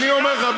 אני אומר לך,